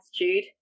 attitude